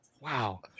Wow